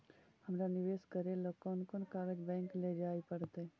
हमरा निवेश करे ल कोन कोन कागज बैक लेजाइ पड़तै?